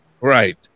Right